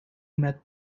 met